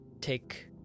take